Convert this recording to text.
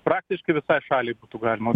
praktiškai visai šaliai būtų galima